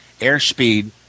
airspeed